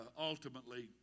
ultimately